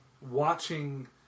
watching